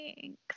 thanks